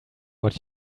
what